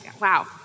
wow